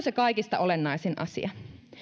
se kaikista olennaisin asia